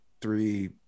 three